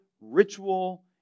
ritual